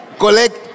Collect